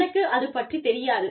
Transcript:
எனக்கு அது பற்றித் தெரியாது